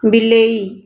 ବିଲେଇ